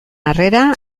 harrera